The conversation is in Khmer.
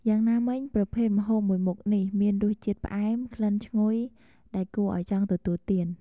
យ៉ាងណាមិញប្រភេទម្ហូបមួយមុខនេះមានរសជាតិផ្អែម ក្លិនឈ្ងុយ ដែលគួរឱ្យចង់ទទួលទាន។